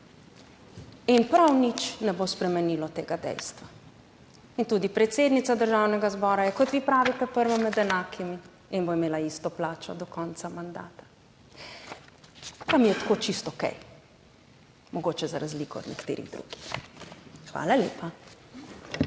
In prav nič ne bo spremenilo tega dejstva. In tudi predsednica Državnega zbora je, kot vi pravite, prva med enakimi in bo imela isto plačo do konca mandata. Pa mi je tako čisto kaj mogoče za razliko od nekaterih. Hvala lepa.